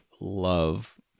love